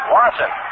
Watson